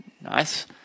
Nice